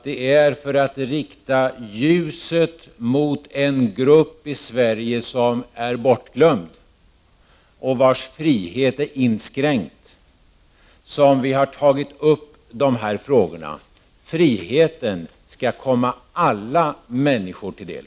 Det är för att rikta ljuset mot en grupp människor i Sverige som är bortglömd och vars frihet är inskränkt som vi har tagit upp de här frågorna. Friheten skall komma alla människor till del.